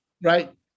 right